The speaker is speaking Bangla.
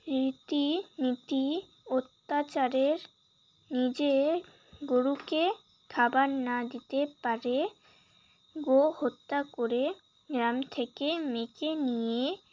রীতিনীতি অত্যাচারে নিজের গরুকে খাবার না দিতে পারে গো হত্যা করে গ্রাম থেকে মেয়েকে নিয়ে